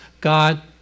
God